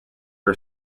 are